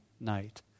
Night